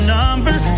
number